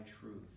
truth